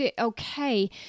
okay